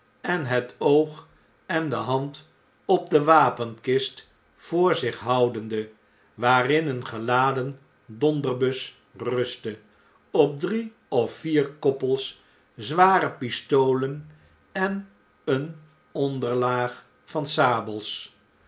en het oog en de hand op de wapenkist voor zich houdende waarin een geladen dpnderbus rustte op drie of vier koppels zware pistolen en eene onderlaag van sabels